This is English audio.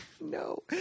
No